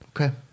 okay